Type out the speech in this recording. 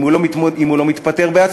אם הוא לא מתפטר בעצמו,